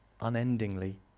unendingly